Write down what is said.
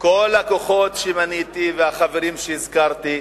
כל הכוחות שמניתי והחברים שהזכרתי,